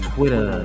Twitter